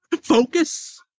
Focus